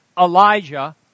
Elijah